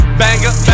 banger